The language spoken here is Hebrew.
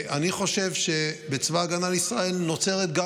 אני חושב שבצבא ההגנה לישראל נוצרת גם